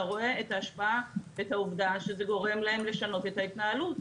אתה רואה את ההשפעה ואת העובדה שזה גורם להם לשנות את ההתנהלות.